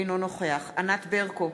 אינו נוכח ענת ברקו,